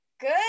good